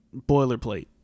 boilerplate